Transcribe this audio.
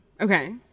Okay